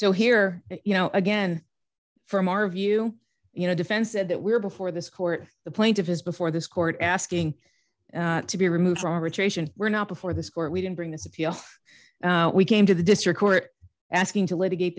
so here you know again from our view you know defense said that we're before this court the plaintiff has before this court asking to be removed we're not before this court we didn't bring this appeal we came to the district court asking to litigate